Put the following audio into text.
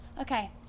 Okay